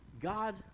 God